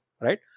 Right